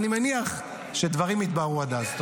אני מניח שהדברים יתבהרו עד אז.